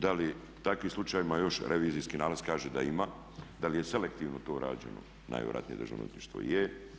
Da li u takvim slučajevima još revizijski nalaz kaže da ima, da li je selektivno to rađeno, najvjerojatnije državno odvjetništvo je.